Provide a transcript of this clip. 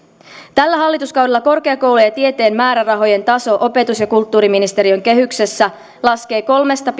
tällä hallituskaudella korkeakoulujen ja tieteen määrärahojen taso opetus ja kulttuuriministeriön kehyksessä laskee kolmesta